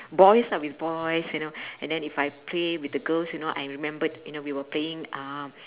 boys lah with boys you know and then if I play with the girls you know I remembered you know we were playing uh